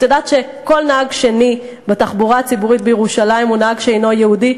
את יודעת שכל נהג שני בתחבורה הציבורית בירושלים הוא נהג שאינו יהודי?